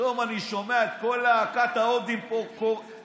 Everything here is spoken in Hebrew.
פתאום אני שומע את כל להקת ההודים פה צורחת.